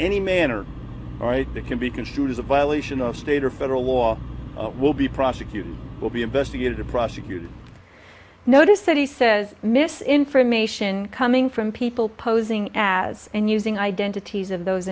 any manner all right can be construed as a violation of state or federal law will be prosecuted will be investigated prosecuted notice that he says mis information coming from people posing as and using identities of those